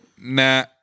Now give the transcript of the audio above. Nah